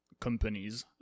companies